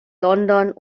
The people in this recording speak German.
london